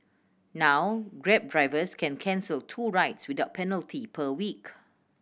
now Grab drivers can cancel two rides without penalty per week